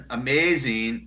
amazing